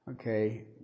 Okay